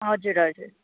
हजुर हजुर